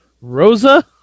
Rosa